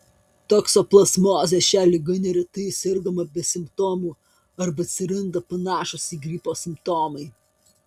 toksoplazmozė šia liga neretai sergama be simptomų arba atsiranda panašūs į gripą simptomai